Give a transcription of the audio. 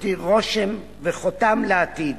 יותיר רושם וחותם לעתיד